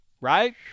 right